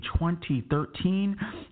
2013